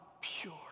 pure